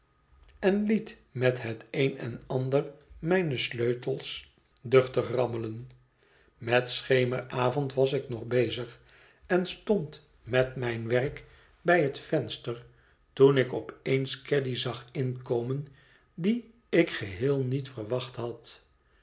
en liet met het een en ander mijne sleutels het verlaten huis duchtig rammelen met schemeravond was ik nog bezig en stond met mijn werk bij het venster toen ik op eens caddy zag inkomen die ik geheel niet verwacht had